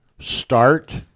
start